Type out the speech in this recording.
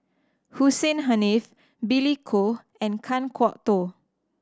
Hussein Haniff Billy Koh and Kan Kwok Toh